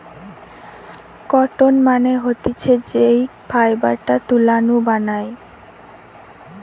cotton মানে হতিছে যেই ফাইবারটা তুলা নু বানায়